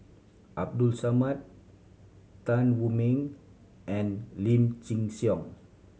Abdul Samad Tan Wu Meng and Lim Chin Siong